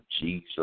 Jesus